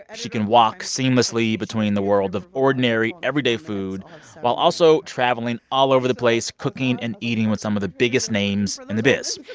ah she can walk seamlessly between the world of ordinary, everyday food while also traveling all over the place, cooking and eating with some of the biggest names in the biz.